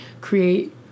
create